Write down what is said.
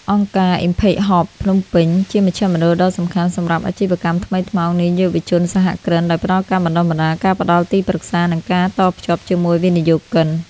អង្គការ Impact Hub Phnom Penh ជាមជ្ឈមណ្ឌលដ៏សំខាន់សម្រាប់ "អាជីវកម្មថ្មីថ្មោង" និងយុវជនសហគ្រិន ដោយផ្ដល់ការបណ្ដុះបណ្ដាល ការផ្ដល់ទីប្រឹក្សា និងការតភ្ជាប់ជាមួយវិនិយោគិន។